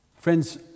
Friends